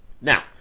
Now